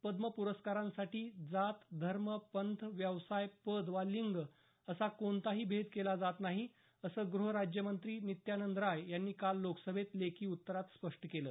पद्म पुरस्कारांसाठी जात धर्म पंथ व्यवसाय पद वा लिंग असा कोणताही भेद केला जात नाही असं ग़हराज्यमंत्री नित्यानंद राय यांनी काल लोकसभेत लेखी उत्तरात स्पष्ट केलं